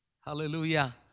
Hallelujah